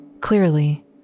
Clearly